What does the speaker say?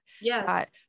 Yes